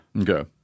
Okay